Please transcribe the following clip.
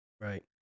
Right